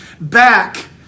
back